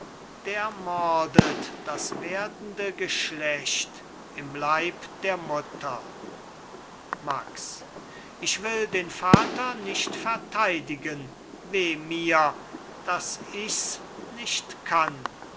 der mordet das werdende geschlecht im leib der mutter max ich will den vater nicht verteidigen weh mir daß ichs nicht kann